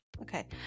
okay